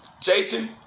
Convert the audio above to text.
Jason